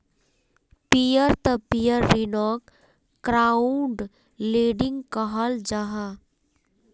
peer to peer ऋन्नोक crowd lending कहाल जाहा